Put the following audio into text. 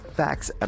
facts